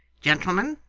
gentlemen,